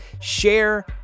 share